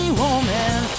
woman